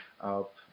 up